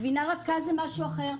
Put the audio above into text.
גבינה רכה זה משהו אחר,